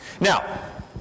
Now